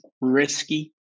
risky